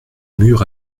mur